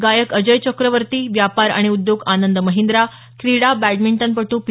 गायक अजय चक्रवर्ती व्यापार आणि उद्योग आनंद महिंद्रा क्रिडा बॅडमिंटनपटू पी